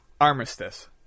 Armistice